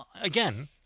Again